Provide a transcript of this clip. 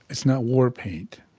it's not war paint.